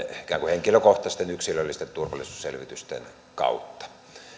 ikään kuin henkilökohtaisten yksilöllisten turvallisuusselvitysten kautta